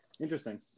Interesting